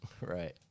right